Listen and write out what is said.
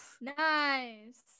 Nice